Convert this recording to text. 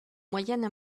moyenne